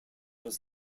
his